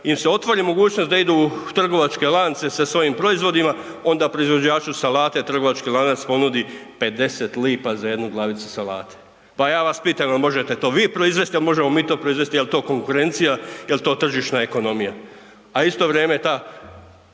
im se otvori mogućnost, da idu u trgovačke lance sa svojim proizvodima, onda proizvođaču salate trgovački lanac ponudi 50 lp za jednu glavicu salate. Pa ja vas pitam jel možete to vi proizvesti, jel možemo mi to proizvesti, jel to konkurencija, jel to tržišna ekonomija? A u isto vrijeme je